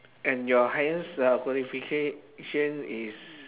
and your highest uh qualification is